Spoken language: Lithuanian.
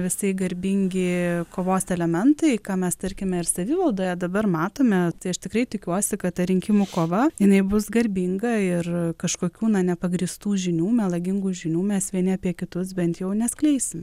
visai garbingi kovos elementai ką mes tarkime ir savivaldoje dabar matome tai aš tikrai tikiuosi kad ta rinkimų kova jinai bus garbinga ir kažkokių na nepagrįstų žinių melagingų žinių mes vieni apie kitus bent jau neskleisim